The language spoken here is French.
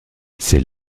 c’est